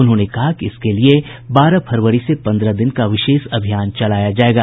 उन्होंने कहा कि इसके लिए बारह फरवरी से पन्द्रह दिन का विशेष अभियान चलाया जायेगा